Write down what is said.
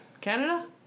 Canada